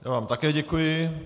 Já vám také děkuji.